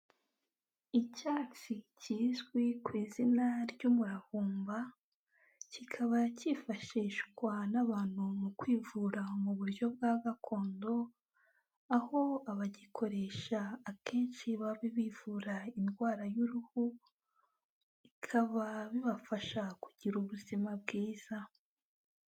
Icyatsi kizwi ku izina ry'umurahumba, kikaba cyifashishwa n'abantu mu kwivura mu buryo bwa gakondo, aho abagikoresha akenshi baba bivura indwara y'uruhu, bikaba bibafasha kugira ubuzima bwiza.